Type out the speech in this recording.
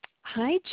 Hi